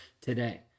today